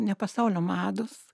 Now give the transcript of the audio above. ne pasaulio mados